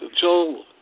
Joel